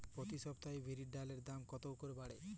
প্রতি সপ্তাহে বিরির ডালের গড় দাম কত থাকে?